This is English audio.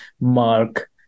mark